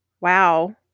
Wow